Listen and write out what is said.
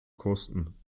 kosten